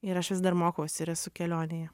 ir aš vis dar mokausi ir esu kelionėje